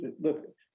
Look